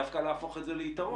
דווקא להפוך את זה ליתרון.